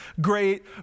great